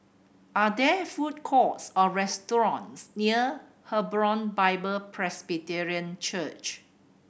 are there food courts or restaurants near Hebron Bible Presbyterian Church